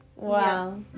Wow